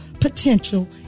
potential